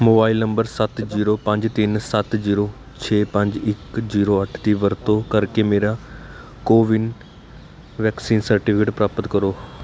mobile number ਸੱਤ zero ਪੰਜ ਤਿੰਨ ਸੱਤ ਜੀਰੋ ਛੇ ਪੰਜ ਇੱਕ ਜੀਰੋ ਅੱਠ ਦੀ ਵਰਤੋਂ ਕਰਕੇ ਮੇਰਾ ਕੋਵਿਨ ਵੈਕਸੀਨ ਸਰਟੀਫਿਕੇਟ ਪ੍ਰਾਪਤ ਕਰੋ